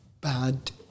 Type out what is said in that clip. bad